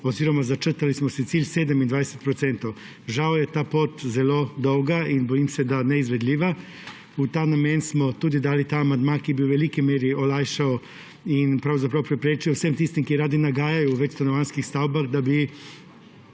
oziroma začrtali smo si cilj 27 %. Žal je ta pot zelo dolga in bojim se, da neizvedljiva. V ta namen smo tudi dali ta amandma, ki bi v veliki meri olajšal in pravzaprav preprečil vsem tistim, ki radi nagajajo v večstanovanjskih stavbah, da bi